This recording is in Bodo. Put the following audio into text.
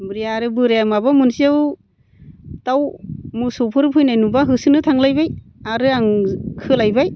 ओमफ्राय आरो बोराइया माबा मोनसेयाव दाउ मोसौफोर फैनाय नुबा होसोनो थांलायबाय आरो आं खोलायबाय